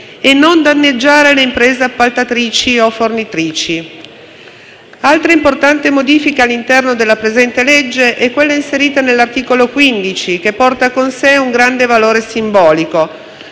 e non danneggiare le imprese appaltatrici o fornitrici. Altra importante modifica all'interno della presente legge è quella inserita nell'articolo 15, che porta con sé un grande valore simbolico.